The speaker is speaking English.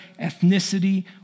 ethnicity